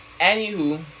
Anywho